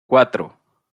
cuatro